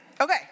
Okay